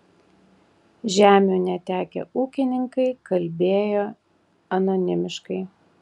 žemių netekę ūkininkai kalbėjo anonimiškai